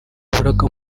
waburaga